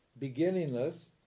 beginningless